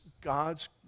God's